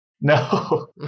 No